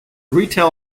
retail